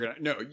No